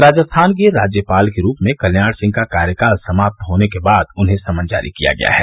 राजस्थान के राज्यपाल के रूप में कल्याण सिंह का कार्यकाल समाप्त होने के बाद उन्हें समन जारी किया गया है